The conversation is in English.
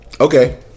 okay